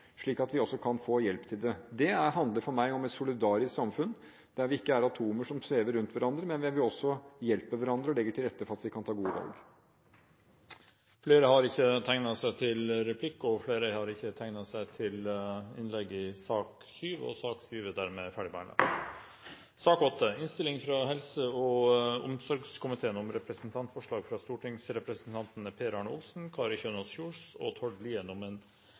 slik at vi også kan få hjelp til det. Det handler for meg om et solidarisk samfunn der vi ikke er atomer som svever rundt hverandre, men hvor vi også hjelper hverandre og legger til rette for at vi kan ta gode valg. Replikkordskiftet er over. Flere har ikke bedt om ordet til sak nr. 7. Etter ønske fra helse- og omsorgskomiteen vil presidenten foreslå at taletiden begrenses til 40 minutter og fordeles med inntil 5 minutter til hvert parti og